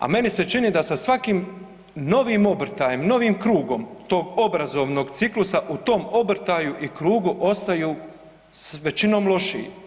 A meni se čini da svakim novim obrtajem, novim krugom tog obrazovnog ciklusa u tom obrtaju i krugu, ostaju većinom lošiji.